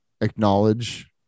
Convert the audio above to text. acknowledge